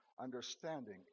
understanding